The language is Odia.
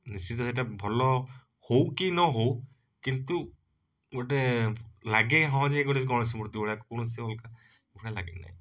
ନିଶ୍ଚିତ ଏଇଟା ଭଲ ହଉକି ନ ହଉ କିନ୍ତୁ ଗୋଟେ ଲାଗେ ହଁ ଯେ ଗୋଟେ ଗଣେଶ ମୂର୍ତ୍ତି ଭଳିଆ କୌଣସି ଅଲଗା ଭଳିଆ ଲାଗେନାହିଁ